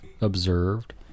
observed